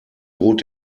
droht